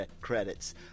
credits